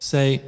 Say